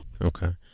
Okay